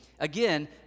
Again